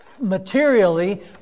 materially